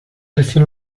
lesión